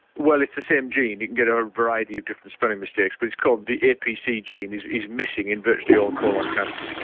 well it's the same gene, you can get a variety of different spelling mistakes but it's called the apc gene is is missing in virtually all colon cancers.